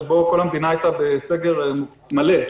שאז כל המדינה הייתה בסגר מלא,